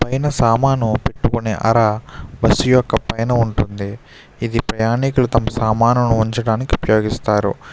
పైన సామాను పెట్టుకునే అర బస్సు యొక్క పైన ఉంటుంది ఇది ప్రయాణికులు తమ సామాను ఉంచడానికి ఉపయోగిస్తారు